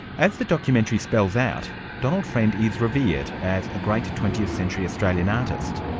as the documentary spells out, donald friend is revered as a great twentieth century australian artist.